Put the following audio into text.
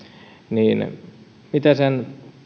niin mitä sen